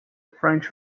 french